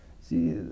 See